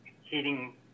heating